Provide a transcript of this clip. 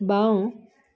বাওঁ